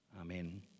Amen